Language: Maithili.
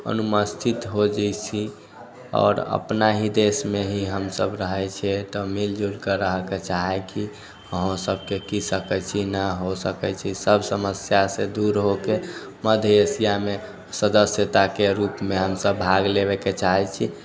कोन हो जात छी आओर अपना ही देशमे ही हमसब रहै छिऐ तऽ मिलजुल कऽ रहऽ के चाहै कि अहूँ सबके की सकै छी नऽ हो सकै छै सब समस्या से दूर हो के मध्य एशियामे सदस्यताके रूपमे हमसब भाग लेवेके चाहैत छी